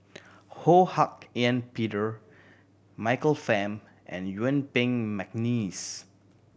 Ho Hak Ean Peter Michael Fam and Yuen Peng McNeice